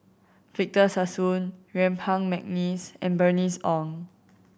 Victor Sassoon Yuen Peng McNeice and Bernice Ong